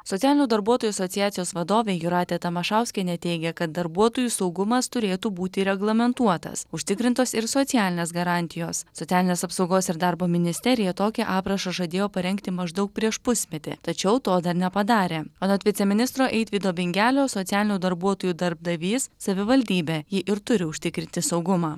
socialinių darbuotojų asociacijos vadovė jūratė tamašauskienė teigia kad darbuotojų saugumas turėtų būti reglamentuotas užtikrintos ir socialinės garantijos socialinės apsaugos ir darbo ministerija tokį aprašą žadėjo parengti maždaug prieš pusmetį tačiau to dar nepadarė anot viceministro eitvydo bingelio socialinių darbuotojų darbdavys savivaldybė ji ir turi užtikrinti saugumą